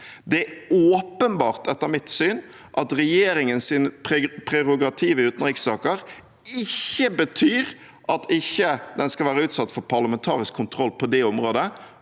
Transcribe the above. Det er åpenbart etter mitt syn at regjeringens prerogativ i utenrikssaker ikke betyr at den ikke skal være utsatt for parlamentarisk kontroll på det området